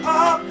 up